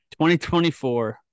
2024